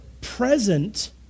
present